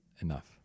enough